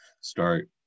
start